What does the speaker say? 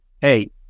hey